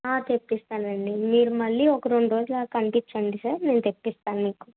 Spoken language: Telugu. తెప్పిస్తానండి మీరు మళ్ళీ ఒక రెండు రోజులు ఆగి కనిపిచ్చండి సార్ నేను తెప్పిస్తాను మీకు